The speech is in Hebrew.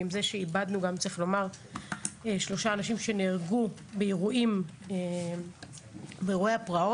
ועם זה שאיבדנו שלושה שנהרגו באירועי הפרעות,